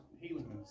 Healing